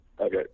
Okay